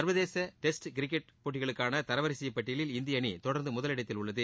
சர்வதேச test cricket போட்டிகளுக்கான தரவரிசைப் பட்டியலில் இந்திய அணி தொடர்ந்து முதலிடத்தில் உள்ளது